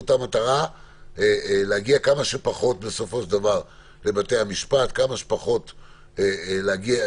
להגיע בסופו של דבר כמה שפחות לבתי המשפט,